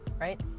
right